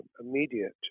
immediate